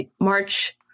March